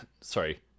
sorry